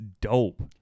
dope